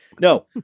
no